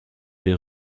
des